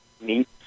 meet